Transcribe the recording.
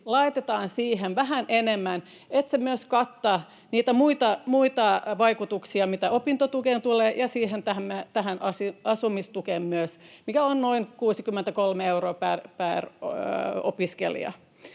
laitetaan siihen vähän enemmän, niin että se myös kattaa niitä muita vaikutuksia, mitä opintotukeen tulee ja tähän asumistukeen myös, mikä on noin 63 euroa per opiskelija.